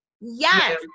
Yes